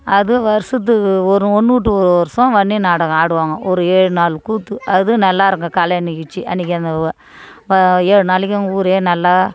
அது வருஷத்துக்கு ஒரு ஒன்றுவுட்டு ஒரு வருஷம் வன்னி நாடகம் ஆடுவாங்கள் ஒரு ஏழு நாள் கூத்து அது நல்லா இருக்கும் கலை நிகழ்ச்சி அன்றைக்கி அந்த ஏழு நாளைக்கும் ஊரே நல்லா